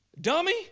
Dummy